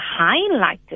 highlighted